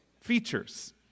features